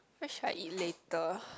what should I eat later